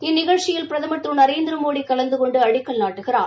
இந்நிகழ்ச்சியில் பிரதமர் திரு நரேந்திரமோடி கலந்து கொண்டு அடிக்கல் நாட்டுகிறார்